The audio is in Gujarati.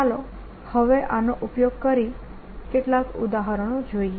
ચાલો હવે આનો ઉપયોગ કરી કેટલાક ઉદાહરણો જોઈએ